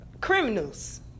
criminals